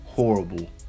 horrible